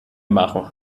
machen